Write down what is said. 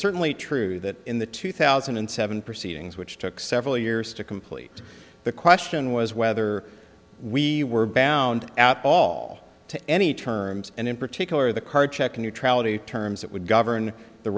certainly true that in the two thousand and seven proceedings which took several years to complete the question was whether we were bound at all to any terms and in particular the card check neutrality terms that would govern the